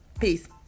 Peace